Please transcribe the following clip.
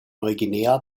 neuguinea